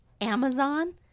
amazon